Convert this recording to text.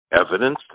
evidence